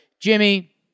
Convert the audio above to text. Jimmy